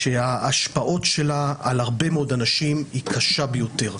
שהשפעותיה על הרבה מאוד אנשים היא קשה ביותר.